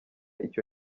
icyo